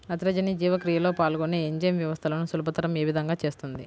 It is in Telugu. నత్రజని జీవక్రియలో పాల్గొనే ఎంజైమ్ వ్యవస్థలను సులభతరం ఏ విధముగా చేస్తుంది?